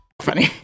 funny